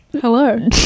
Hello